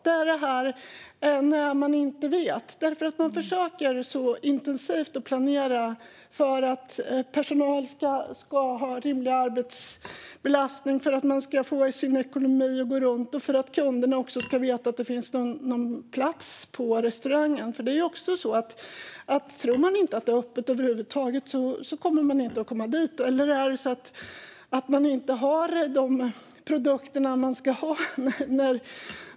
Det är det här att inte veta, för man försöker så intensivt att planera för att personalen ska ha rimlig arbetsbelastning, för att man ska få sin ekonomi att gå runt och för att kunderna också ska veta att det finns plats på restaurangen. Om inte kunderna tror att det är öppet över huvud taget kommer de ju inte att komma dit. Det handlar också om produkterna som man måste ha.